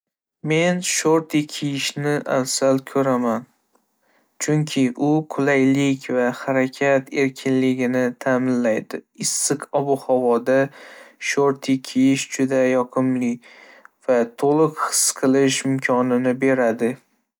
Men shorti kiyishni afzal ko'raman, chunki u qulaylik va harakat erkinligini ta'minlaydi. Issiq ob-havoda shorti kiyish juda yoqimli va to'liq his qilish imkoniyatini beradi.